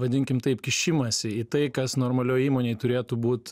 vadinkim taip kišimąsi į tai kas normalioj įmonėj turėtų būt